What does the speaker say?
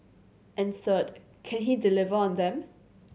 and third can he deliver on them